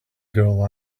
girl